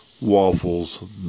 Waffles